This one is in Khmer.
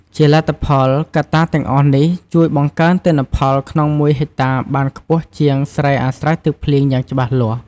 ជាលទ្ធផល កត្តាទាំងអស់នេះជួយបង្កើនទិន្នផលក្នុងមួយហិកតាបានខ្ពស់ជាងស្រែអាស្រ័យទឹកភ្លៀងយ៉ាងច្បាស់លាស់។